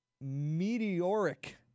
meteoric